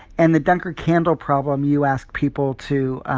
and the duncker candle problem, you ask people to